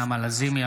נעמה לזימי,